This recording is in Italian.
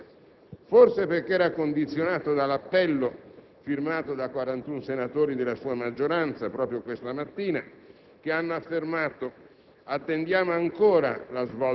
Ci saremmo quindi aspettati dal Ministro alcune precise proposte da avanzare in sede di Nazioni Unite sul come rendere più incisiva la missione UNIFIL